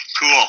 Cool